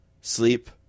sleep